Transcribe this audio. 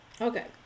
Okay